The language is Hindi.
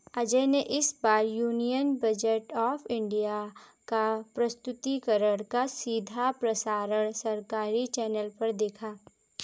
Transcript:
अजय ने इस बार यूनियन बजट ऑफ़ इंडिया का प्रस्तुतिकरण का सीधा प्रसारण सरकारी चैनल पर देखा